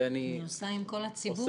ואני --- אני עושה עם כל הציבור.